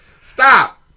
stop